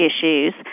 issues